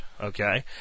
Okay